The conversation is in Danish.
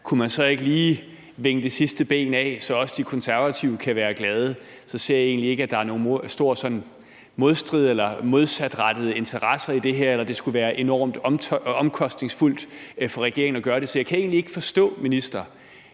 arbejdet, lige kunne vinge det sidste ben af, så også De Konservative kan være glade? Jeg ser egentlig ikke, at der er nogen stor sådan modstrid eller modsatrettede interesser i det her, eller at det skulle være enormt omkostningsfuldt for regeringen at gøre det. Så jeg kan egentlig ikke forstå, minister,